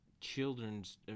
children's